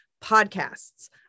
Podcasts